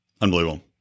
unbelievable